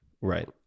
Right